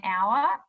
hour